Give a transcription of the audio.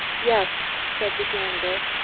yes, said the janitor.